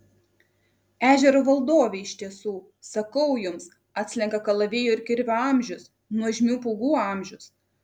ežero valdovė iš tiesų sakau jums atslenka kalavijo ir kirvio amžius nuožmių pūgų amžius